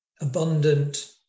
abundant